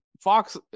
Fox